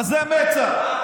עזי מצח.